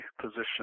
position